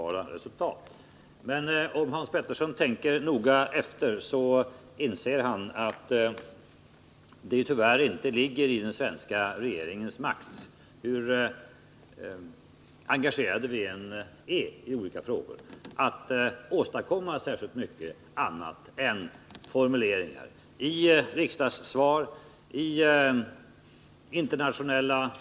Jag har naturligtvis inte någon som helst förhoppning om att Hans Petersson skall acceptera det, men så är det likväl. Herr talman! När det gäller den svenska regeringens möjligheter att agera Måndagen den tycker jag att jag ställt min fråga vid ett tillfälle då det internationella intresset 12 maj 1980 kretsade kring Guatemala och Coca-Colas verksamhet där. Det som jag här tagit upp gäller framför allt handelsfrågor beträffande Coca-Cola och Pripps.